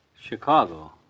Chicago